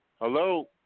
Hello